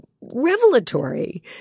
revelatory